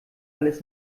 alles